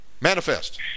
Manifest